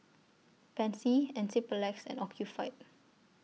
Pansy Enzyplex and Ocuvite